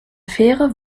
fähre